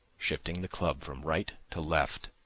shifting the club from right to left,